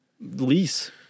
lease